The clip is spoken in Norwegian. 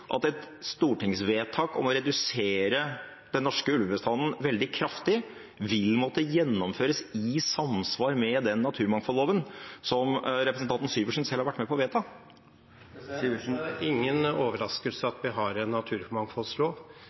at et stortingsvedtak om å redusere den norske ulvebestanden veldig kraftig vil måtte gjennomføres i samsvar med den naturmangfoldloven som representanten Syversen selv har vært med på å vedta? Det er ingen overraskelse at vi har en naturmangfoldlov.